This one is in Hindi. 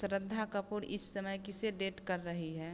श्रद्धा कपूर इस समय किसे डेट कर रही हैं